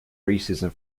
racism